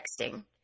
texting